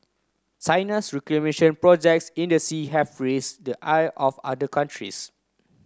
China's reclamation projects in the sea have raised the ire of other countries